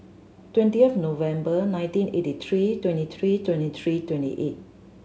twenty of November nineteen eighty three twenty three twenty three twenty eight